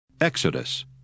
Exodus